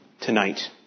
tonight